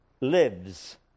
lives